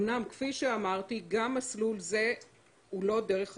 אמנם, כפי שאמרתי, גם מסלול זה הוא לא דרך המלך,